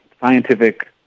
scientific